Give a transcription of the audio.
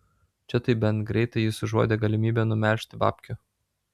čia tai bent greitai jis užuodė galimybę numelžti babkių